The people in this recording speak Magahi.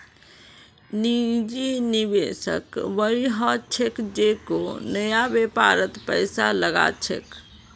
निजी निवेशक वई ह छेक जेको नया व्यापारत पैसा लगा छेक